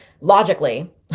logically